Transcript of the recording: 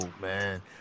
man